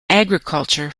agriculture